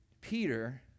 Peter